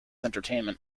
entertainment